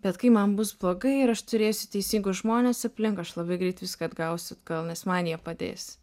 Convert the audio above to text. bet kai man bus blogai ir aš turėsiu teisingus žmones aplink aš labai greit viską atgausiu kol nes man jie padės